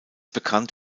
bekannt